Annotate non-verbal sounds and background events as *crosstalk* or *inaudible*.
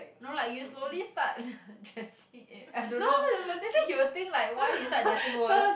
no like you slowly start *laughs* dressing eh I don't know later he will think like why you start dressing worse